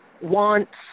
wants